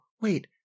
wait